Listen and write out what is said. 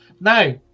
now